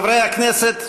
חברי הכנסת,